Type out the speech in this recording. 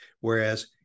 Whereas